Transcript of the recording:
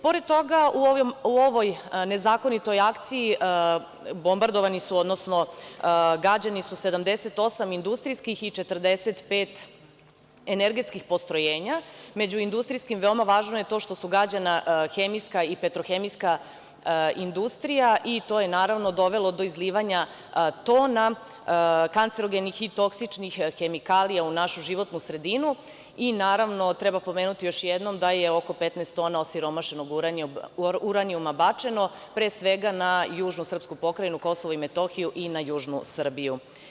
Pored toga u ovoj nezakonitoj akciji bombardovani su, odnosno gađano je 78 industrijskih i 45 energetskih postrojenja, među industrijskim, veoma važno je to što su gađana hemijska i petrohemijska industrija i to je naravno dovelo do izlivanja tona kancerogenih i toksičnih hemikalija u našu životnu sredinu i naravno treba pomenuti još jednom da je oko 15 tona osiromašenog uranijuma bačeno pre svega na južnu srpsku pokrajinu Kosovo i Metohiju i na južnu Srbiju.